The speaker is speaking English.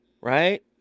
right